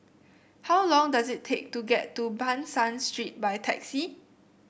how long does it take to get to Ban San Street by taxi